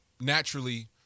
naturally